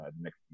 next